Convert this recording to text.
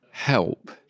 help